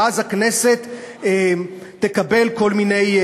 ואז הכנסת תקבל כל מיני,